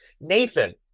Nathan